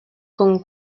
con